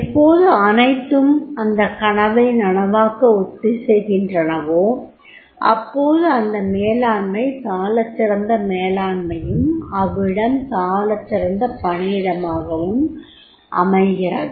எப்போது அனைத்தும் அந்தக் கனவை நனவாக்க ஒத்திசைகின்றனவோ அப்போது அந்த மேலாண்மை சாலச்சிறந்த மேலாண்மையும் அவ்விடம் சாலச்சிறந்த பணியிடமாகவும் அமைகிறது